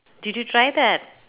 did you try that